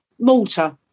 Malta